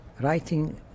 writing